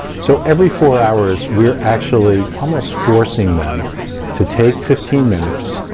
so every four hours, we are actually almost forcing them to take fifteen minutes,